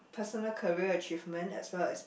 personal career achievement as well as